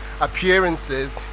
appearances